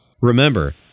Remember